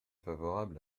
favorables